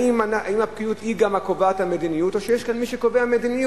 האם הפקידות היא גם קובעת המדיניות או שיש כאן מי שקובע מדיניות.